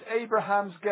Abraham's